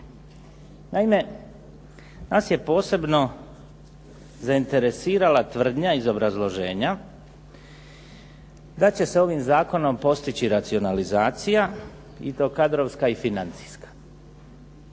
Naime, nas je posebno zainteresirala tvrdnja iz obrazloženja da će se ovim zakonom postići racionalizacija i to kadrovska i financijska.